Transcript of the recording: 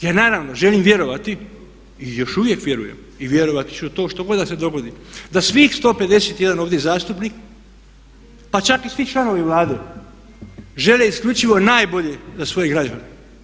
Jer naravno želim vjerovati i još uvijek vjerujem i vjerovati ću u to što god da se dogodi, da svih 151 ovdje zastupnik, pa čak i svi članovi Vlade žele isključivo najbolje za svoje građane.